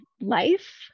life